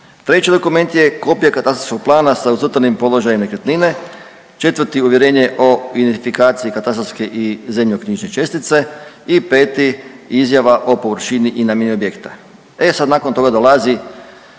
Treći dokument je kopija katastarskog plana sa ucrtanim položajem nekretnine, četvrti uvjerenje o identifikaciji katastarske i zemljišnoknjižne čestice i peti izjava o površini i namjeni objekta. E sad nakon toga dolazi